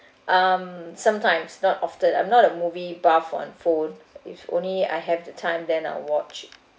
um sometimes not often I'm not a movie buff on full if only I have the time then I'll watch